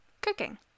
cooking